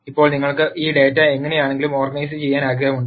ഇപ്പോൾ നിങ്ങൾക്ക് ഈ ഡാറ്റ എങ്ങനെയെങ്കിലും ഓർഗനൈസുചെയ്യാൻ ആഗ്രഹമുണ്ട്